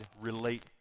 relate